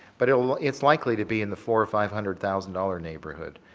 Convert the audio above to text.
but it's likely to be in the four, five hundred thousand dollar neighborhood.